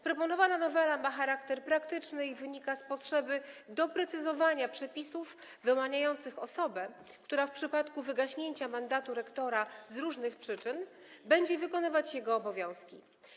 Proponowana nowela ma charakter praktyczny i wynika z potrzeby doprecyzowania przepisów wyłaniających osobę, która w przypadku wygaśnięcia mandatu rektora z różnych przyczyn będzie wykonywać jego obowiązki.